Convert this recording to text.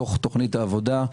בתוך תוכנית העבודה,